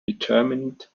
determinant